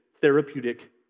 therapeutic